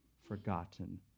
forgotten